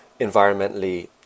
environmentally